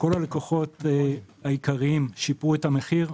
כל הלקוחות העיקריים שיפרו את המחיר,